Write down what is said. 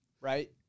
right